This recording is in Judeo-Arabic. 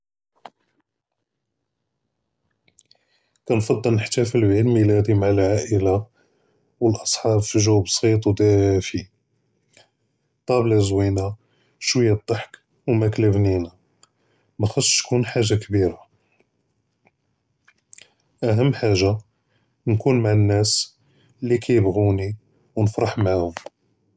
כַּאנְפַדַּל נַחְתָּאף לְעִיד מִילָדִי מַעַ אֶלְעַאִילָה וְאֶלְאְصְחַאב פִי ג'וּ בַּסִيط וְדַאְפִי, טַאבְלָה זְוִינָה שְווַיַّا דִּיַאל אֶלְדְּחַק וּמַאקְלַה בְּנִינָה מַחַאסּ שְׁתוּן חַאגָ'ה כְּבִּירָה, אֲהַם חַאגָ'ה נְכוּן מַעַ אֶלְנָּאס לִי כַּאיְבְּחוּנִי וּנְפַרַּח מַעְהוּם.